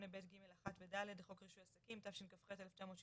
8ב(ג)(1) ו-(ד) לחוק רישוי עסקים תשכ"ח 1968